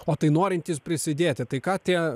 o tai norintys prisidėti tai ką tie